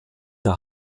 der